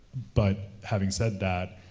but, having said that,